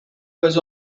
was